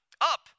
up